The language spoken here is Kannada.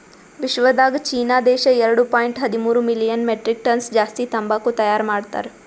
ವಿಶ್ವದಾಗ್ ಚೀನಾ ದೇಶ ಎರಡು ಪಾಯಿಂಟ್ ಹದಿಮೂರು ಮಿಲಿಯನ್ ಮೆಟ್ರಿಕ್ ಟನ್ಸ್ ಜಾಸ್ತಿ ತಂಬಾಕು ತೈಯಾರ್ ಮಾಡ್ತಾರ್